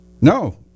No